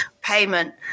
payment